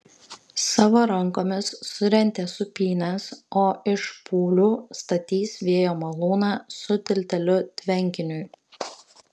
savo rankomis surentė sūpynes o iš špūlių statys vėjo malūną su tilteliu tvenkiniui